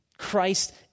Christ